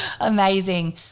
Amazing